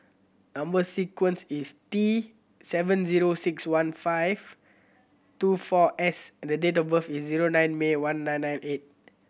number sequence is T seven zero six one five two four S and the date of birth is zero nine May one nine nine eight